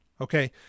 Okay